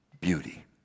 beauty